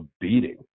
beating